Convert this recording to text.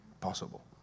possible